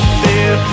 fear